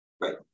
Right